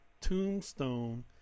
Tombstone